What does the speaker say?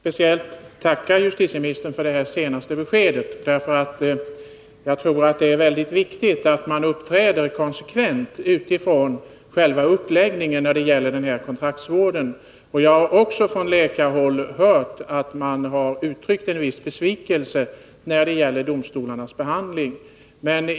Fru talman! Jag vill tacka justitieministern särskilt för det senaste beskedet. Jag tror att det är väldigt viktigt att man uppträder konsekvent när det gäller själva uppläggningen av kontraktsvården. Också jag har från läkarhåll hört uttryck för en viss besvikelse över domstolarnas bedömningar i detta sammanhang.